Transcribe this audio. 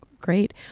Great